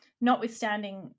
notwithstanding